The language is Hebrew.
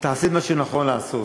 תעשה את מה שנכון לעשות.